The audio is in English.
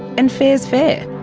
and fair's fair.